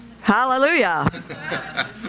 Hallelujah